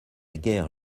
guerre